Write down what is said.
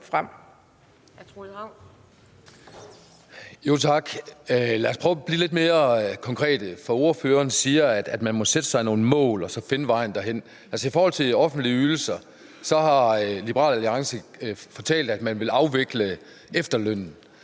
Lad os prøve at blive lidt mere konkrete. Ordføreren siger, at man må sætte sig nogle mål og finde vejen derhen. Om offentlige ydelser har Liberal Alliance fortalt, at man vil afvikle efterlønnen.